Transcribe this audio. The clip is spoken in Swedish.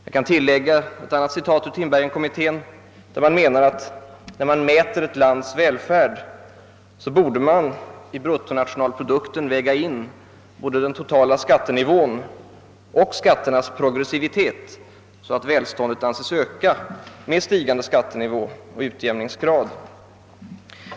Jag kan tillägga att i ett annat citat från Tinbergenkommittén uttalas, att när man mäter ett lands välstånd borde man i bruttonationalprodukten väga in både den totala skattenivån och skatternas progressivitet, så att välståndet anses öka med en stigande skattenivå och utjämningsgrad.